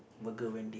burger Wendy